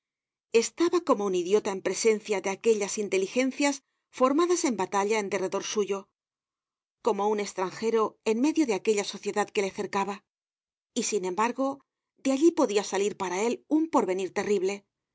estaba como un idiota en presencia de aquellas inteligencias formadas en batalla en derredor suyo como un estranjero en medio de aquella sociedad que le cercaba y sin embargo de allí podia salir para él un porvenir terrible